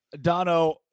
Dono